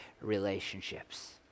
relationships